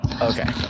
Okay